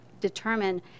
determine